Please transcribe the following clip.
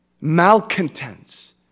malcontents